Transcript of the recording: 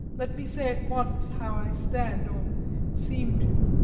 let me say at once how i stand or seem to.